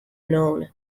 known